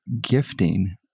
gifting